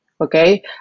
okay